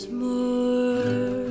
more